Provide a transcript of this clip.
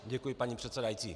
Děkuji, paní předsedající.